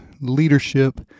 leadership